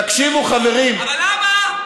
תקשיבו, חברים, אני, אבל למה?